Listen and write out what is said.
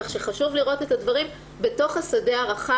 כך שחשוב לראות את הדברים בתוך השדה הרחב.